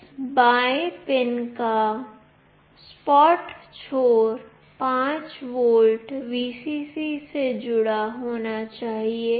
इस बाएं पिन का सपाट छोर 5 वोल्ट Vcc से जुड़ा होना चाहिए